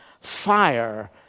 Fire